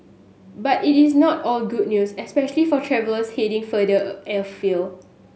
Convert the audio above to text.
but it is not all good news especially for travellers heading farther afield